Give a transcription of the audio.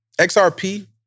XRP